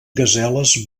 gaseles